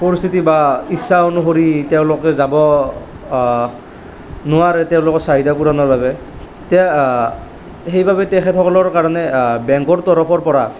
পৰিস্থিতি বা ইচ্ছা অনুসৰি তেওঁলোকে যাব নোৱাৰে তেওঁলোকৰ চাহিদা পূৰণৰ বাবে এতিয়া সেইবাবে তেখেতেসকলৰ কাৰণে বেংকৰ তৰফৰ পৰা